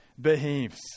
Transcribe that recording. behaves